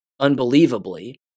unbelievably